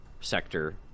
sector